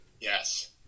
Yes